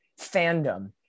fandom